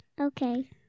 Okay